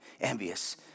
envious